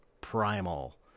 primal